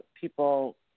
people